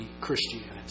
Christianity